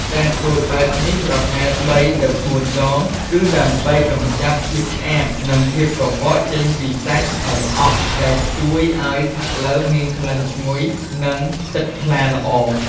ការធ្វើបែបនេះប្រហែលបីទៅបួនដង គឺដើម្បីកម្ចាត់ភាពឆ្អាប និងភាពកខ្វក់ចេញពីសាច់ឱ្យអស់ ដែលជួយឱ្យផាក់ឡូវមានក្លិនឈ្ងុយ និងទឹកថ្លាល្អ។